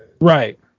Right